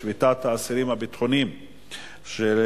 בנושא שביתת האסירים הביטחוניים בבתי-הכלא,